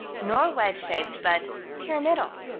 nor wedge-shaped, but pyramidal.